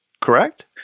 correct